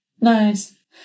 Nice